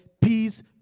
Peace